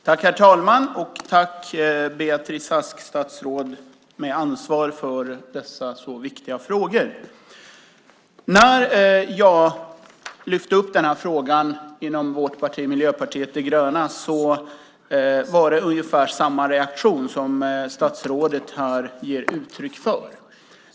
Herr talman! Tack, Beatrice Ask, statsråd med ansvar för dessa så viktiga frågor. När jag lyfte upp den här frågan inom Miljöpartiet de gröna var det ungefär samma reaktion som den som statsrådet ger uttryck för här.